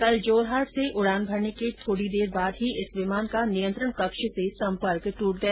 कल जोरहाट से उड़ान भरने के थोड़ी देर बाद ही इस विमान का नियंत्रण कक्ष से संपर्क टूट गया